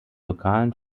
lokalen